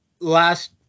last